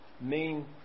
main